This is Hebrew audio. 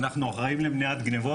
אנחנו אחראים למניעת גניבות,